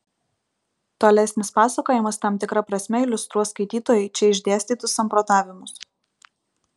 tolesnis pasakojimas tam tikra prasme iliustruos skaitytojui čia išdėstytus samprotavimus